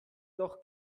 noch